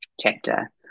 chapter